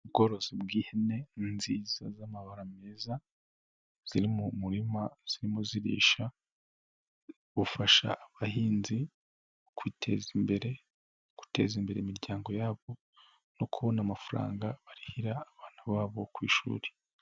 Ubworozi bw'ihene nziza z'amabara meza ziri mu murima zirimo zirisha bufasha abahinzi kwiteza imbere, guteza imbere imiryango yabo no kubona amafaranga barihira abana babo ku ishuri.